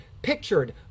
pictured